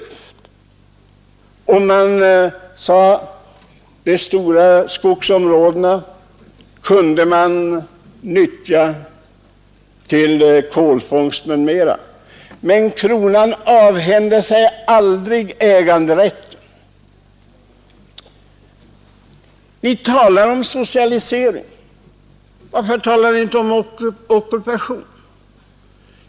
Det sades vidare att de stora skogsområdena kunde man nyttja till kolfångst m.m., men kronan avhände sig aldrig äganderätten. Vi talar om socialisering. Varför talar vi inte om ockupation?